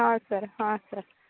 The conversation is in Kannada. ಹಾಂ ಸರ್ ಹಾಂ ಸರ್